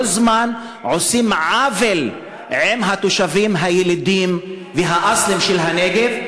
זמן עושים עוול עם התושבים הילידים והאסלים של הנגב,